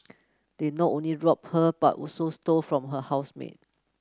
they not only robbed her but also stole from her housemate